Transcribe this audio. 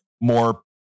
more